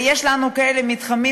ויש לנו כאלה מתחמים.